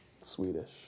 Swedish